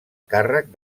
càrrec